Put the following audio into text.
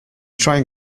trying